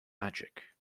magic